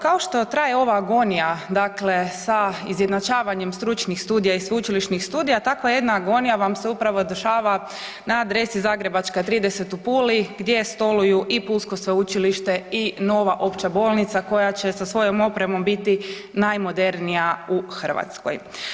Kao što traje ova agonija dakle sa izjednačavanjem stručnih studija i sveučilišnih studija takva jedna agonija vam se upravo dešava na adresi Zagrebačka 30 u Puli gdje stoluju i pulsko sveučilište i nova opće bolnica koja će sa svojom opremom biti najmodernija u Hrvatskoj.